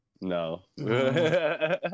No